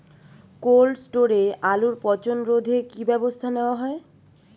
Cold স্টোরে আলুর পচন রোধে কি ব্যবস্থা নেওয়া হয়?